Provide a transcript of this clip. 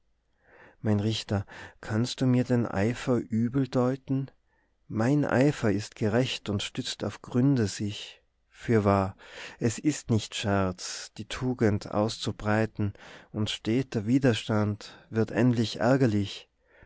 mein richter kannst du mir den eifer übel deuten mein eifer ist gerecht und stützt auf gründe sich fürwahr es ist nicht scherz die tugend auszubreiten und steter widerstand wird endlich ärgerlich